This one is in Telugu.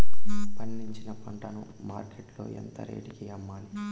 పండించిన పంట ను మార్కెట్ లో ఎంత రేటుకి అమ్మాలి?